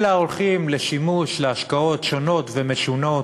אלא הולכים לשימוש להשקעות שונות ומשונות,